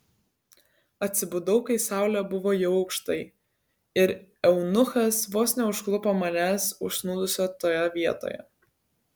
atsibudau kai saulė buvo jau aukštai ir eunuchas vos neužklupo manęs užsnūdusio toje vietoje